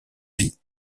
vie